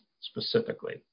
Specifically